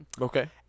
okay